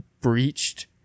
breached